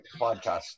podcast